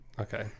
Okay